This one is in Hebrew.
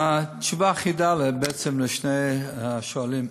התשובה אחידה, בעצם, לשני השואלים.